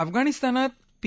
अफगाणिस्तानात पी